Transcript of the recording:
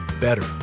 better